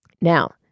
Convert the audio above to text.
Now